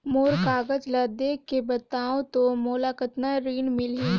मोर कागज ला देखके बताव तो मोला कतना ऋण मिलही?